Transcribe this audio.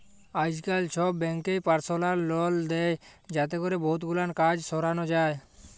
আইজকাল ছব ব্যাংকই পারসলাল লল দেই যাতে ক্যরে বহুত গুলান কাজ সরানো যায়